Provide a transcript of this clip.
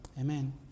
Amen